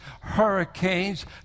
hurricanes